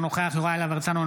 אינו נוכח יוראי להב הרצנו,